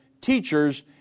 teachers